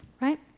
right